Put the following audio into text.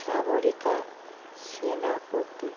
Sagarika Senapati